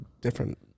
different